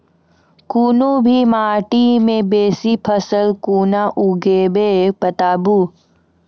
कूनू भी माटि मे बेसी फसल कूना उगैबै, बताबू?